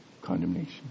Condemnation